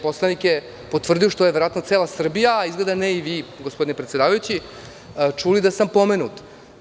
Poslanik je potvrdio, što je verovatno i cela Srbija, a izgleda ne i vi, gospodine predsedavajući, čuli da sam pomenut.